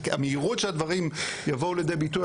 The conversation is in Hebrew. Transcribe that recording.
המהירות שהדברים יבואו לידי ביטוי,